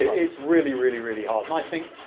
it's really, really, really hard and i think,